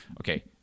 okay